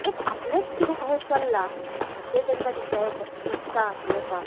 एक आपलेंच कितें काय चल्लां अशें तांकां येता दिसता आसूं येता